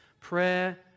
prayer